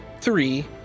three